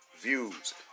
views